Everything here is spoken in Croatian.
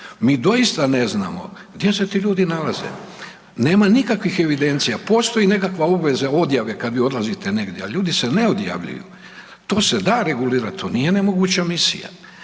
Mi doista ne znamo gdje se ti ljudi nalaze, nema nikakvih evidencija. Postoji nekakva obveza odjave kada vi odlazite negdje, ali ljudi se ne odjavljuju. To se da regulirati, to nije nemoguća misija.